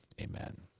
Amen